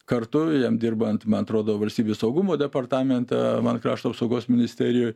kartu jam dirbant man atrodo valstybės saugumo departamente man krašto apsaugos ministerijoj